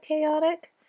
chaotic